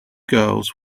girls